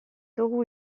dugu